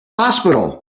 hospital